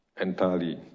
entirely